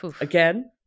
again